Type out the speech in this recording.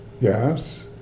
Yes